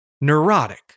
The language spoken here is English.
Neurotic